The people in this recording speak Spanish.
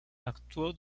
actuó